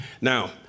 Now